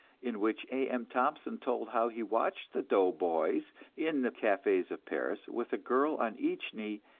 in which a. m. thompson told how he watched the doughboys in the cafes of paris, with a girl on each knee,